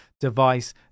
device